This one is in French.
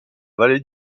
vallée